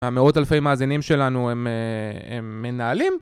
המאות אלפי מאזינים שלנו הם מנהלים